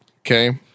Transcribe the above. okay